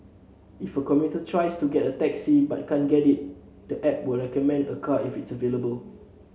if a commuter tries a taxi but can't get it the app will recommend a car if it's available